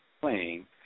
playing